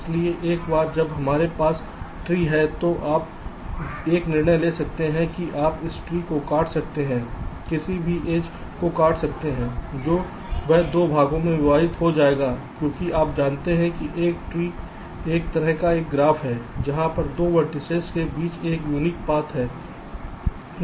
इसलिए एक बार जब हमारे पास यह ट्रीहै तो आप एक निर्णय ले सकते हैं कि आप इस ट्री को काट सकते हैं किसी भी एज को काट सकते हैंजो वह 2 भागों में विभाजित हो जाएगा क्योंकि आप जानते हैं कि एक ट्री एक तरह का ग्राफ है जहां 2 वेर्तिसेस के बीच एक यूनिक पाथ है